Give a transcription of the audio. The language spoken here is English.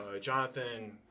Jonathan